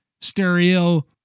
stereo